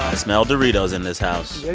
smell doritos in this house